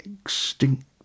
extinct